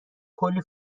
کلی